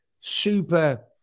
super